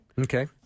Okay